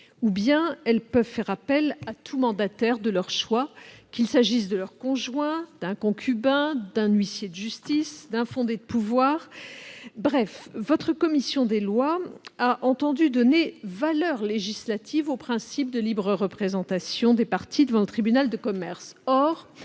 elles-mêmes ou faire appel à tout mandataire de leur choix, qu'il s'agisse de leur conjoint, d'un concubin, d'un huissier de justice, d'un fondé de pouvoir. La commission des lois du Sénat a entendu donner valeur législative au principe de libre représentation des parties devant le tribunal de commerce.